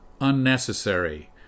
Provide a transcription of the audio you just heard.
unnecessary